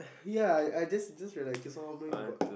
ya I just just realise okay so how many we got